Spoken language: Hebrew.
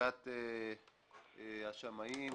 לשכת השמאים.